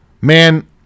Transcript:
Man